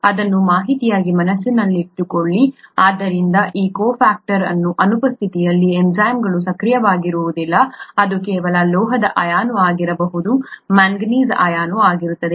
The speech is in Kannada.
ಇದನ್ನು ಮಾಹಿತಿಯಾಗಿ ಮನಸ್ಸಿನಲ್ಲಿಟ್ಟುಕೊಳ್ಳಿ ಆದ್ದರಿಂದ ಈ ಕೊಫ್ಯಾಕ್ಟರ್ಗಳ ಅನುಪಸ್ಥಿತಿಯಲ್ಲಿ ಎನ್ಝೈಮ್ಗಳು ಸಕ್ರಿಯವಾಗಿರುವುದಿಲ್ಲ ಅದು ಕೇವಲ ಲೋಹದ ಅಯಾನು ಆಗಿರಬಹುದು ಮ್ಯಾಂಗನೀಸ್ ಅಯಾನು ಆಗಿರುತ್ತದೆ